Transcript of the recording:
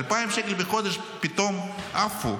2,000 שקל בחודש פתאום עפו.